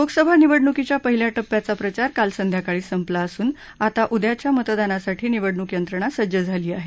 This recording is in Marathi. लोकसभा निवडणुकीच्या पहिल्या टप्प्याचा प्रचार काल संध्याकाळी संपला असून आता उद्याच्या मतदानासाठी निवडणुक यंत्रणा सज्ज झाली आहे